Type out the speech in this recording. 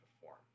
perform